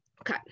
Okay